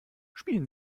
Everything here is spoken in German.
spielen